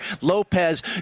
Lopez